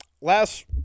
Last